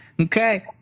Okay